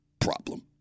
problem